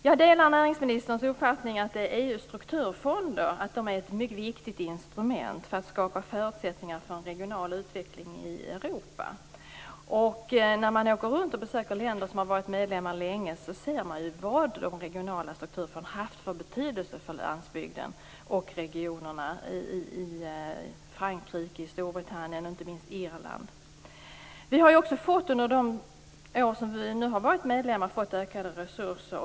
Jag delar näringsministerns uppfattning att EU:s strukturfonder är ett mycket viktigt instrument för att skapa förutsättningar för en regional utveckling i Europa. När man åker runt och besöker länder som har varit medlemmar länge ser man vad de regionala strukturfonderna har haft för betydelse för landsbygden och regionerna - i Frankrike, i Storbritannien och inte minst i Irland. Vi har också under de år som vi har varit medlemmar fått ökade resurser.